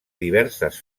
diverses